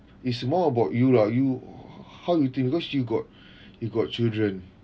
it's more about you lah you how you think because you got you got children